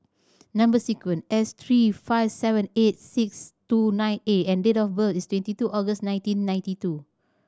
number sequence S three five seven eight six two nine A and date of birth is twenty two August nineteen ninety two